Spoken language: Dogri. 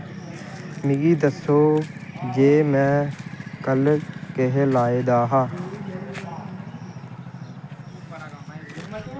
मिगी दस्सो जे में कल केह् लाए दा हा